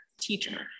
teacher